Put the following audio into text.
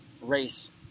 race